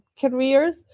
careers